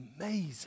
amazing